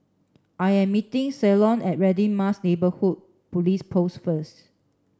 I am meeting Ceylon at Radin Mas Neighbourhood Police Post first